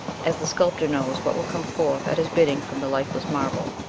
as the sculptor knows what will come forth at his bidding from the lifeless marble.